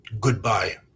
goodbye